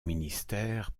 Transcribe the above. ministère